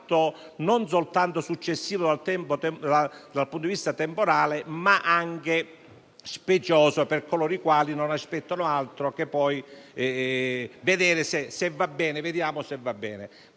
non soltanto successivo dal punto di vista temporale, ma anche specioso per coloro i quali non aspettano altro che vedere se andrà bene.